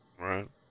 Right